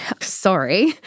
Sorry